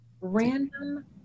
Random